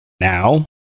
now